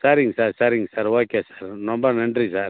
சரிங்க சார் சரிங்க sir okay sir ரொம்ப நன்றி சார்